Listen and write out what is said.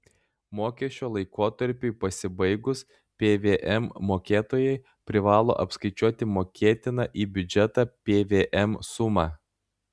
mokesčio laikotarpiui pasibaigus pvm mokėtojai privalo apskaičiuoti mokėtiną į biudžetą pvm sumą